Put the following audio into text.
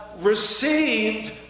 received